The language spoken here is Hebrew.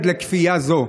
לכפייה זו?